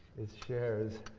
is shares